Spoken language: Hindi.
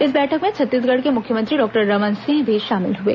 इस बैठक में छत्तीसगढ़ के मुख्यमंत्री डॉक्टर रमन सिंह भी शामिल हुए